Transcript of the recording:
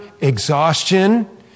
exhaustion